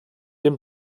dem